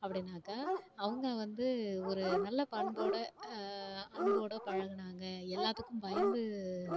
அப்படின்னாக்க அவங்க வந்து ஒரு நல்ல பண்போடு அன்போடு பழகினாங்க எல்லாத்துக்கும் பயந்து